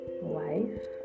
wife